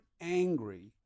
angry